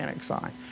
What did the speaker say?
Sign